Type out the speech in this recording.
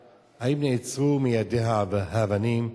1. האם נעצרו מיידי האבנים?